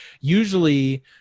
usually